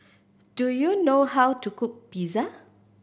do you know how to cook Pizza